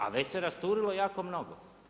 A već se rasturilo jako mnogo.